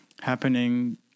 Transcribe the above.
happening